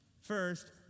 First